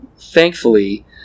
thankfully